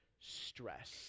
stress